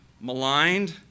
maligned